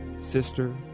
sister